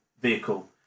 vehicle